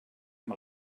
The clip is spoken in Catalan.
amb